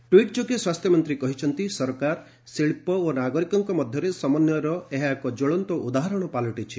tweet ଯୋଗେ ସ୍ୱାସ୍ଥ୍ୟ ମନ୍ତ୍ରୀ କହିଛନ୍ତି ସରକାର ଶିଳ୍ପ ଓ ନାଗରିକଙ୍କ ମଧ୍ୟରେ ସମନ୍ୱୟର ଏହା ଏକ ଜ୍ୱଳନ୍ତ ଉଦାହରଣ ପାଲଟିଛି